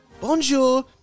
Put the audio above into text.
Bonjour